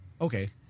Okay